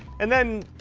and then